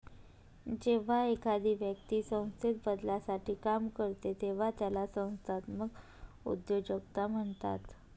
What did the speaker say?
जेव्हा एखादी व्यक्ती संस्थेत बदलासाठी काम करते तेव्हा त्याला संस्थात्मक उद्योजकता म्हणतात